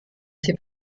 sie